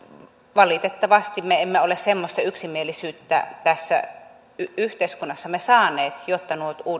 valitettavasti me emme ole semmoista yksimielisyyttä tässä yhteiskunnassamme saaneet jotta nuo